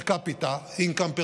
פר-קפיטה, Per capita income,